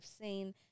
seen